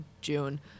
June